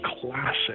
classic